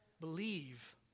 Believe